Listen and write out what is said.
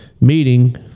meeting